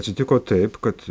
atsitiko taip kad